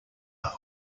are